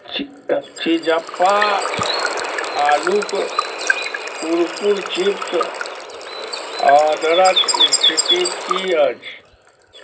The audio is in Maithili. चि चिज्जपा आलूके कुरकुर चिप्स ऑडरके स्थिति कि अछि